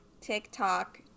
TikTok